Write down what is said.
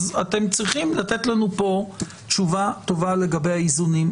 אז אתם צריכים לתת לנו פה תשובה טובה לגבי האיזונים.